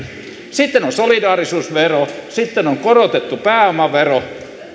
sitten on solidaarisuusvero sitten on korotettu pääomavero